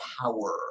power